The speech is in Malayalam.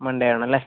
മൺഡേ ആണല്ലേ